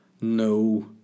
no